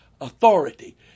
authority